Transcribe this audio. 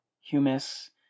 humus